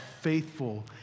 faithful